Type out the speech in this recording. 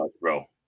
bro